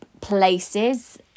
places